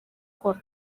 gukora